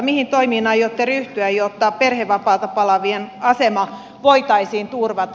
mihin toimiin aiotte ryhtyä jotta perhevapaalta palaavien asema voitaisiin turvata